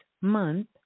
month